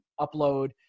upload